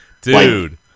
Dude